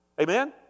Amen